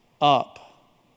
up